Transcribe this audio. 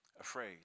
afraid